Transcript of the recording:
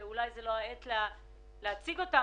שאולי זו לא העת להציג אותן,